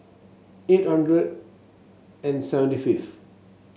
eight hundred and seventy fifth